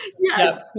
Yes